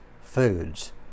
foods